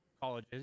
college